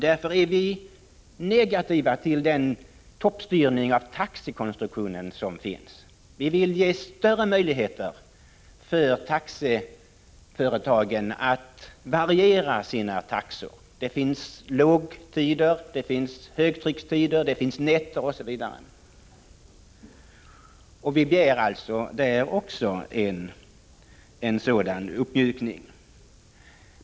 Därför är vi negativa till den toppstyrning av taxekonstruktionen som finns. Vi vill ha större möjligheter för taxiföretagen att variera sina taxor — det finns ju lågtrafiktider, högtryckstider, nätter osv. Också på denna punkt begär vi en uppmjukning.